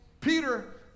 Peter